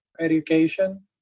education